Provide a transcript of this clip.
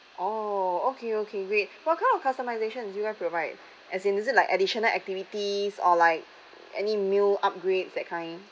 oh okay okay wait what kind of customisation do you guys provide as in is it like additional activities or like any meal upgrades that kind